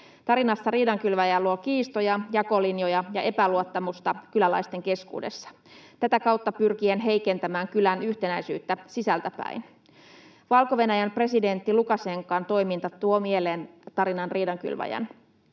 Tarinassa riidankylväjä luo kiistoja, jakolinjoja ja epäluottamusta kyläläisten keskuudessa tätä kautta pyrkien heikentämään kylän yhtenäisyyttä sisältäpäin. Valko-Venäjän presidentti Lukašenkan toiminta tuo mieleen tarinan riidankylväjän.